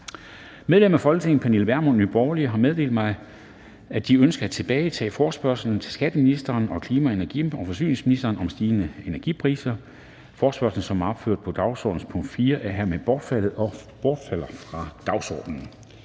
Medlemmer af Folketinget Pernille Vermund (NB) m.fl. har meddelt mig, at de ønsker at tilbagetage forespørgsel nr. F 22 til skatteministeren og klima-, energi- og forsyningsministeren om stigende energipriser. Forespørgslen, som er opført som dagsordenens punkt 4, er hermed bortfaldet og udgår af dagsordenen.